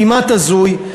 כמעט הזוי.